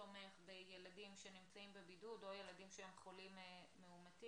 מי תומך בילדים שנמצאים בבידוד או ילדים שהם חולים מאומתים,